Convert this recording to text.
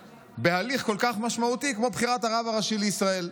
בהליך כל כך משמעותי כמו בחירת הרב הראשי לישראל,